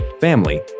family